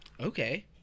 okay